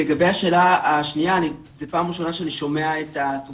לגבי השאלה השנייה זו פעם ראשונה שאני שומע עליה.